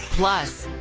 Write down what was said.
plus,